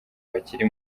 bakiri